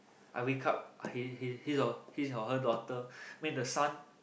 I wake up his his his or her daughter I mean the son